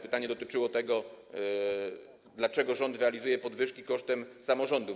Pytanie dotyczyło tego, dlaczego rząd realizuje podwyżki kosztem samorządów.